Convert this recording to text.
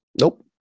nope